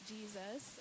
Jesus